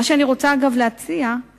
אגב, מה שאני רוצה להציע זה